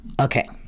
Okay